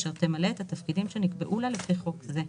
אשר תמלא את התפקידים שנקבעו לה לפי חוק זה.